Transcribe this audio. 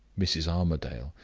mrs. armadale,